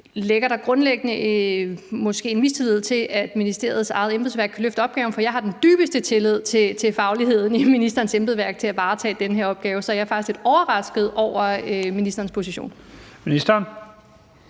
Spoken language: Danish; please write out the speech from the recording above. måske en grundlæggende mistillid til, at ministeriets eget embedsværk kan løfte opgaven? Altså, jeg har den dybeste tillid til fagligheden i ministerens embedsværk i forhold til at varetage den her opgave. Så jeg er faktisk lidt overrasket over ministerens position.